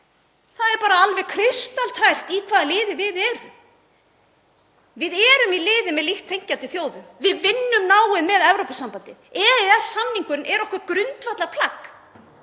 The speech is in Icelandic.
Það er alveg kristaltært í hvaða liði við erum. Við erum í liði með líkt þenkjandi þjóðum. Við vinnum náið með Evrópusambandinu. EES-samningurinn er okkur grundvallarplagg.